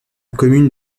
commune